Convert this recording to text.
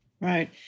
Right